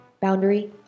Boundary